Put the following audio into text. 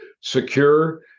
secure